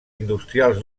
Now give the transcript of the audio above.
industrials